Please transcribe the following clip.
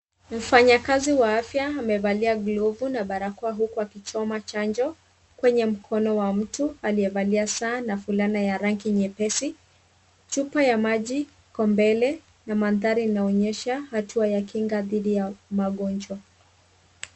Mfanyakazi wa afya amevalia glovu na barakoa huku akichoma chanjo kwenye mkono wa mtu aliyevalia saa na fulana ya rangi nyepesi. Chupa ya maji iko mbele na mandhari inaonyesha hatua ya kinga dhidi ya magonjwa.